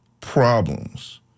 problems